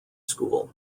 school